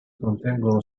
contengono